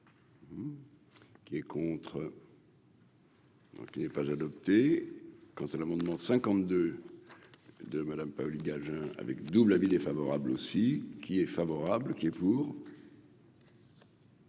Qui est contre. Donc il n'est pas adopté quant à l'amendement 52 de Madame Paoli-Gagin avec double avis défavorable aussi qui est favorable, qui est pour.